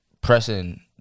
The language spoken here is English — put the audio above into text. pressing